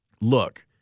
Look